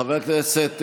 חבר הכנסת אשר,